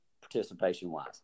participation-wise